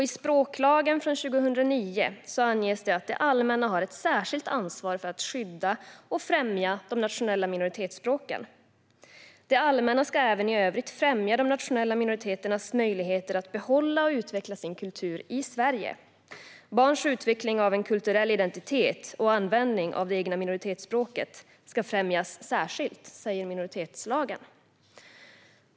I språklagen från 2009 anges att det allmänna har ett särskilt ansvar för att skydda och främja de nationella minoritetsspråken. Det allmänna ska även i övrigt främja de nationella minoriteternas möjligheter att behålla och utveckla sin kultur i Sverige. Barns utveckling av en kulturell identitet och användning av det egna minoritetsspråket ska främjas särskilt, säger minoritetslagen.